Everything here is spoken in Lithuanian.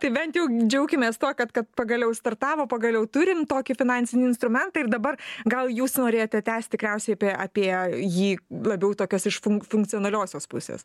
tai bent jau džiaukimės tuo kad kad pagaliau startavo pagaliau turim tokį finansinį instrumentą ir dabar gal jūs norėjote tęst tikriausiai apie jį labiau tokios iš fun funkcionaliosios pusės